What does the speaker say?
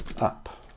up